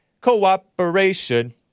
Cooperation